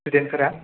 स्थुदेन्थफोरा